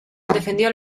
defendió